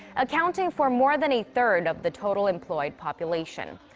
accounting for more than a third of the total employed population.